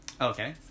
Okay